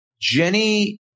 jenny